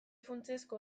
funtsezko